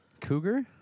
cougar